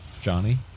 Johnny